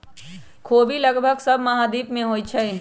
ख़ोबि लगभग सभ महाद्वीप में होइ छइ